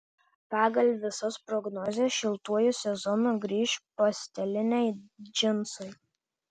pagal visas prognozes šiltuoju sezonu grįš pasteliniai džinsai